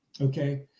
Okay